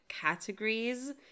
categories